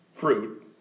fruit